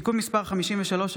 (תיקון מס' 53),